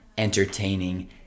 entertaining